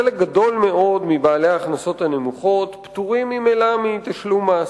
חלק גדול מבעלי ההכנסות הנמוכות פטורים ממילא מתשלום מס,